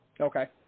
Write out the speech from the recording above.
Okay